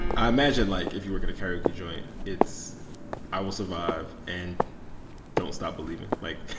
i imagine, like, if you work at a karaoke joint, it's i will survive and don't stop believin'. like,